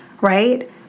right